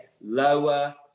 lower